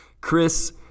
Chris